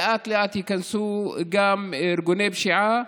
לאט-לאט ייכנסו גם ארגוני פשיעה,